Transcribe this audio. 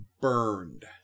burned